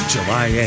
July